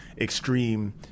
extreme